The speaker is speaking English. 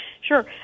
Sure